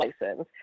license